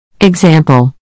Example